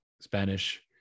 Spanish